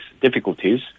difficulties